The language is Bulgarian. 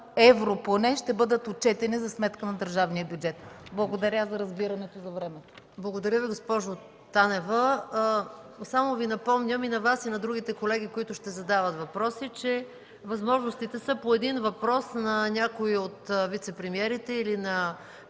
евро поне, ще бъдат отчетени за сметка на държавния бюджет. Благодаря за разбирането за времето... ПРЕДСЕДАТЕЛ МАЯ МАНОЛОВА: Благодаря Ви, госпожо Танева. Само Ви напомням – и на Вас, и на другите колеги, които ще задават въпроси, че възможностите са по един въпрос на някой от вицепремиерите или на